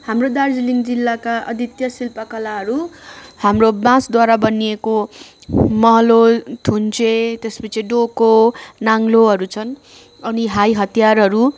हाम्रो दार्जिलिङ जिल्लाका अधिकतर शिल्पकलाहरू हाम्रो बाँसद्वारा बनिएको मोहोलो थुन्से त्यस पछि डोको नाङ्लोहरू छन् अनि हात हतियारहरू